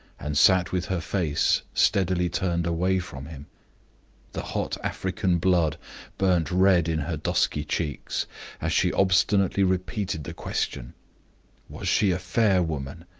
and sat with her face steadily turned away from him the hot african blood burned red in her dusky cheeks as she obstinately repeated the question was she a fair woman,